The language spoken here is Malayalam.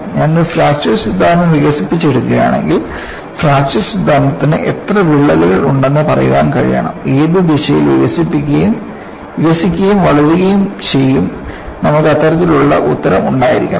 ഞാൻ ഒരു ഫ്രാക്ചർ സിദ്ധാന്തം വികസിപ്പിച്ചെടുക്കുകയാണെങ്കിൽ ഫ്രാക്ചർ സിദ്ധാന്തത്തിന് എത്ര വിള്ളലുകൾ ഉണ്ടെന്ന് പറയാൻ കഴിയണം ഏത് ദിശയിൽ വികസിക്കുകയും വളരുകയും ചെയ്യും നമുക്ക് അത്തരത്തിലുള്ള ഉത്തരം ഉണ്ടായിരിക്കണം